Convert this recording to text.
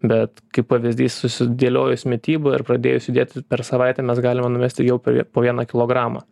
bet kaip pavyzdys susidėliojus mitybą ir pradėjus judėti per savaitę mes galime numesti jau per po vieną kilogramą